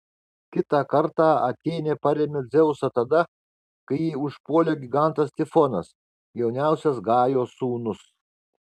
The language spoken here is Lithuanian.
kitą kartą atėnė parėmė dzeusą tada kai jį užpuolė gigantas tifonas jauniausias gajos sūnus